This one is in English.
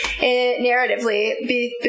narratively